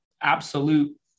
absolute